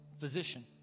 physician